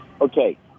Okay